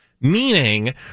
meaning